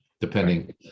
depending